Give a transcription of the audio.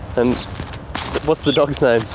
and what's the dog's name?